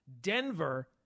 Denver